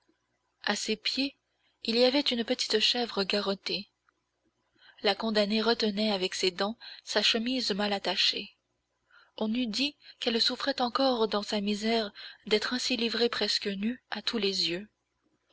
à ses pieds il y avait une petite chèvre garrottée la condamnée retenait avec ses dents sa chemise mal attachée on eût dit qu'elle souffrait encore dans sa misère d'être ainsi livrée presque nue à tous les yeux